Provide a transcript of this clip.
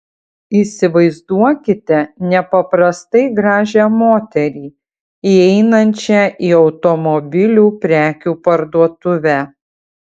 įsivaizduokite nepaprastai gražią moterį įeinančią į automobilių prekių parduotuvę